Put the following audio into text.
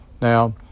Now